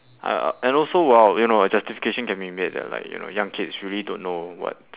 uh and also !wow! you know a justification can be made ya like you know young kids really don't know what